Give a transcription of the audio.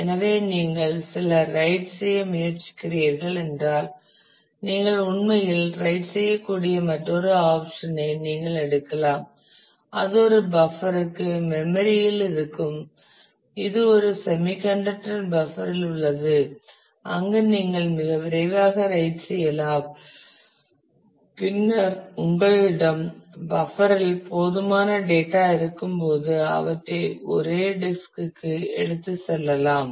எனவே நீங்கள் சில ரைட் செய்ய முயற்சிக்கிறீர்கள் என்றால் நீங்கள் உண்மையில் ரைட் செய்யக்கூடிய மற்றொரு ஆப்சன் ஐ நீங்கள் எடுக்கலாம் அது ஒரு பஃப்பருக்கு மெம்மரி இல் இருக்கும் இது ஒரு செமிகண்டக்டர் பஃப்பர் இல் உள்ளது அங்கு நீங்கள் மிக விரைவாக ரைட் செய்யலாம் பின்னர் உங்களிடம் பஃப்பர் இல் போதுமான டேட்டா இருக்கும்போது அவற்றை ஒரே டிஸ்க் க்கு எடுத்துச் செல்லலாம்